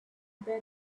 bade